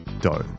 dough